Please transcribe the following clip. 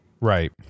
right